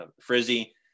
frizzy